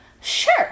sure